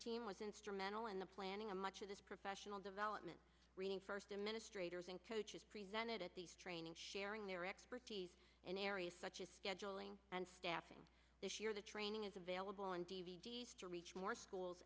team was instrumental in the planning and much of this professional development bringing first a ministry toure's and coaches presented at these training sharing their expertise in areas such as scheduling and staffing this year the training is available on d v d to reach more schools